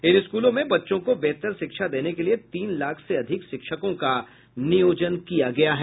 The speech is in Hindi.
इन स्कूलों में बच्चों को बेहतर शिक्षा देने के लिए तीन लाख से अधिक शिक्षकों का नियोजन किया गया है